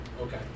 Okay